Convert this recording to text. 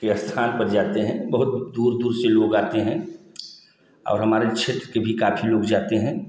स्थान पर जाते हैं बहुत दूर दूर से लोग आते हैं और हमारे क्षेत्र के भी काफ़ी लोग जाते हैं